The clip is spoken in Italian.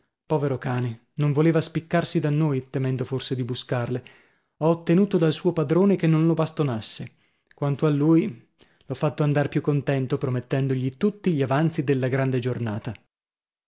povero cane non voleva spiccarsi da noi temendo forse di buscarle ho ottenuto dal suo padrone che non lo bastonasse quanto a lui l'ho fatto andar più contento promettendogli tutti gli avanzi della grande giornata